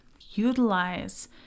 Utilize